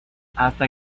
hasta